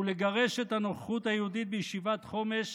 ולגרש את הנוכחות היהודית בישיבת חומש,